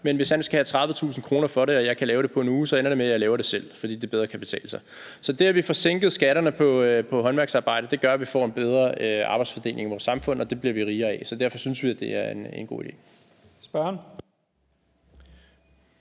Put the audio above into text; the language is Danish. men hvis han skal have 30.000 kr. for det og jeg kan gøre det på en uge, ender det med, at jeg gør det selv, fordi det bedre kan betale sig. Så det, at vi får sænket skatterne på håndværksarbejde, gør, at vi får en bedre arbejdsfordeling i vores samfund, og det bliver vi rigere af. Derfor synes vi, det er en god idé.